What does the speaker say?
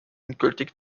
endgültig